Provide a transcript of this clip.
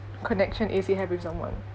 connection is you have with someone